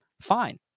fine